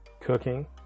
cooking